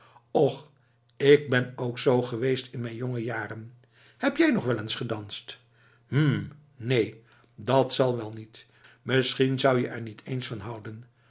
och k ben ook zoo geweest in mijn jonge jaren heb jij wel eens gedanst hm neen dat zal wel niet misschien zou je er niet eens van houden